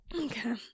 Okay